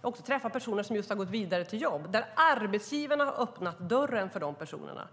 Jag har också träffat personer som just har gått vidare till jobb där arbetsgivarna har öppnat dörren för de personerna.